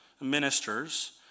ministers